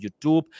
YouTube